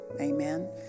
Amen